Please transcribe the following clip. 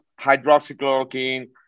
Hydroxychloroquine